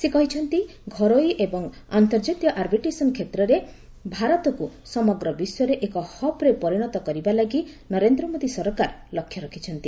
ସେ କହିଛନ୍ତି ଘରୋଇ ଏବଂ ଅନ୍ତର୍ଜାତୀୟ ଆର୍ବିଟ୍ରେସନ୍ କ୍ଷେତ୍ରରେ ଭାରତକୁ ସମଗ୍ର ବିଶ୍ୱରେ ଏକ ହବ୍ରେ ପରିଣତ କରିବାଲାଗି ନରେନ୍ଦ୍ର ମୋଦି ସରକାର ଲକ୍ଷ୍ୟ ରଖିଛନ୍ତି